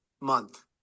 month